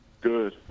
Good